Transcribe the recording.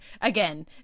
again